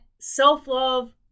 self-love